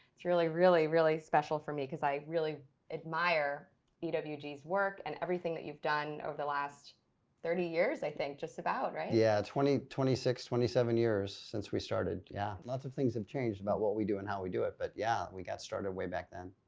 it's really, really really special for me because i really admire you know ewg's work and everything that you've done over the last thirty years, years, i think. just about, right? yeah, twenty twenty six, twenty seven years since we started. yeah lots of things have changed about what we do and how we do it but yeah, we got started way back then.